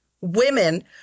women